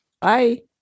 Bye